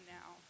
now